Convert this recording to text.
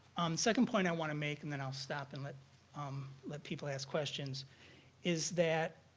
second point i want to make and then i'll stop and let um let people ask questions is that